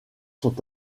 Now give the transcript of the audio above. sont